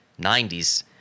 90s